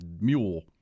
mule